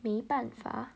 没办法